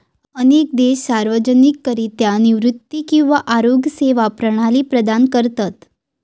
अनेक देश सार्वजनिकरित्या निवृत्ती किंवा आरोग्य सेवा प्रणाली प्रदान करतत